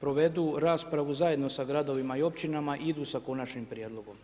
provedu raspravu zajedno sa gradovima i općinama idu sa konačnim prijedlogom.